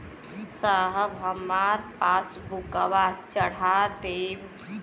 साहब हमार पासबुकवा चढ़ा देब?